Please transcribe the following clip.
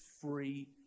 free